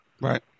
Right